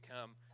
come